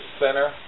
Center